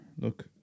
look